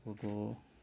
ବହୁତ